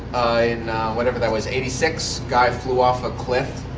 in whatever that was, eighty six. guy flew off a cliff